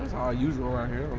all usual around here,